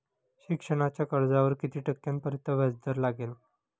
शिक्षणाच्या कर्जावर किती टक्क्यांपर्यंत व्याजदर लागेल?